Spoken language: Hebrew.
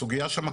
הסוגיה שם,